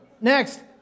Next